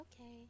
okay